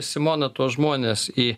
simona tuos žmones į